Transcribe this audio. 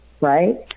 right